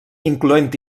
incloent